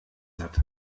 satt